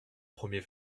premier